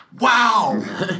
wow